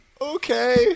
okay